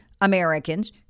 Americans